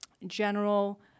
general